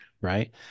right